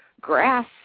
grass